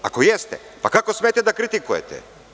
Ako jeste, pa kako smete da kritikujete?